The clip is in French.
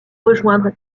rejoindre